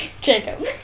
Jacob